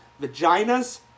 vaginas